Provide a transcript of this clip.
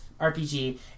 RPG